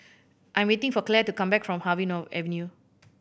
I am waiting for Claire to come back from Harvey Avenue